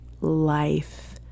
life